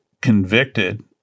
convicted